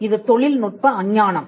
இது தொழில்நுட்ப அஞ்ஞானம்